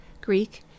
Greek